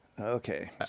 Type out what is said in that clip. Okay